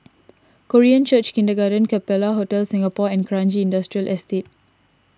Korean Church Kindergarten Capella Hotel Singapore and Kranji Industrial Estate